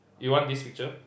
you want this picture